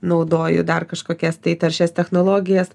naudoju dar kažkokias tai taršias technologijas